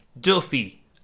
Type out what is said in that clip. Duffy